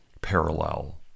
parallel